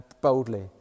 boldly